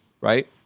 right